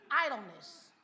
Idleness